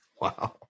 Wow